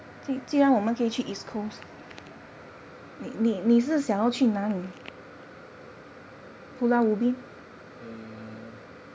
err